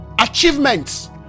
Achievements